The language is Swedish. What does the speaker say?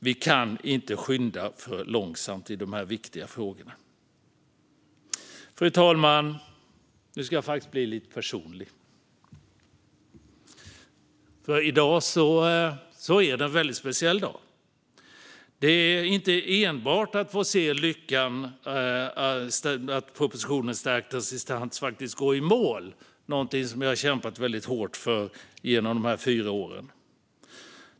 Vi kan inte skynda nog i dessa viktiga frågor. Fru talman! Nu ska jag faktiskt bli lite personlig. I dag är det nämligen en väldigt speciell dag, och det handlar inte enbart om lyckan att få se propositionen om stärkt assistans faktiskt gå i mål - något jag har kämpat väldigt hårt för under de här fyra åren.